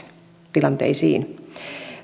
tilanteisiin